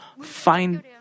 find